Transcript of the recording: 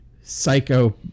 psycho